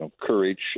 courage